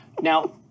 Now